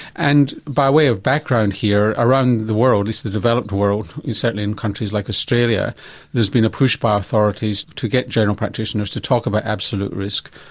and by way of background here around the world, at least the developed world and certainly in countries like australia there's been a push by authorities to get general practitioners to talk about absolute risk,